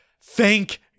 thank